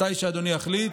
מתי שאדוני יחליט.